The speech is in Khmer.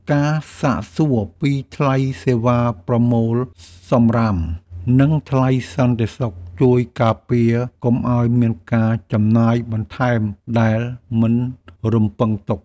ការសាកសួរពីថ្លៃសេវាប្រមូលសំរាម និងថ្លៃសន្តិសុខជួយការពារកុំឱ្យមានការចំណាយបន្ថែមដែលមិនរំពឹងទុក។